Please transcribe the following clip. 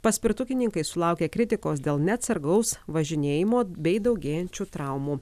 paspirtukininkai sulaukė kritikos dėl neatsargaus važinėjimo bei daugėjančių traumų